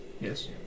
Yes